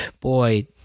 boy